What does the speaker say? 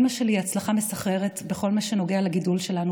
אימא שלי היא הצלחה מסחררת בכל מה שנוגע לגידול שלנו,